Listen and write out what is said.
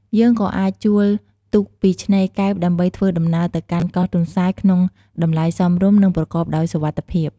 យើងក៏អាចជួលទូកពីឆ្នេរកែបដើម្បីធ្វើដំណើរទៅកាន់កោះទន្សាយក្នុងតម្លៃសមរម្យ និងប្រកបដោយសុវត្ថិភាព។